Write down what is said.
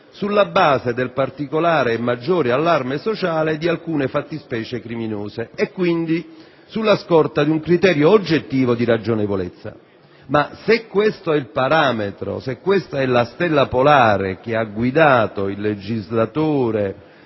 sulla base del particolare e maggiore allarme sociale di alcune fattispecie criminose e quindi sulla scorta di un criterio oggettivo di ragionevolezza. Ma se questo è il parametro, se questa è la stella polare che ha guidato il legislatore